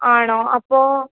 ആണോ അപ്പോൾ